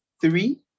three